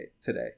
today